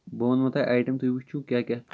بہٕ وَنو تۄہہِ ایٹم تُہۍ وُچھِو کیاہ کیاہ